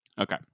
Okay